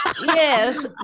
Yes